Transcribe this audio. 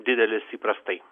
didelis įprastai